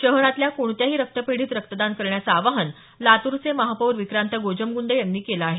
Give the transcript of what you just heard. शहरातल्या कोणत्याही रक्तपेढीत रक्तदान करण्याचं आवाहन लातूरचे महापौर विक्रांत गोजमगुंडे यांनी केलं आहे